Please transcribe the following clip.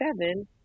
seven